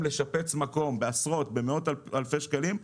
לשפץ מקום בעשרות ובמאות אלפי שקלים,